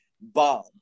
bomb